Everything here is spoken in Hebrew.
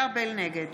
נגד